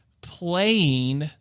playing